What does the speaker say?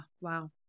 Wow